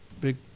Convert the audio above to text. Big